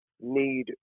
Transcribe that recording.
need